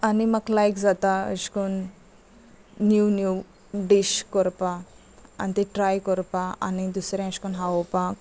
आनी म्हाका लायक जाता अशे कन न्यू न्यू डीश करपा आनी ते ट्राय करपा आनी दुसरें अशें करून खावोपाक